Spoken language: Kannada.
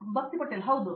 ಭಕ್ತಿ ಪಟೇಲ್ ಹೌದು ಹೌದು